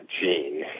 gene